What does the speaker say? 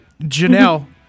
janelle